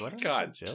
God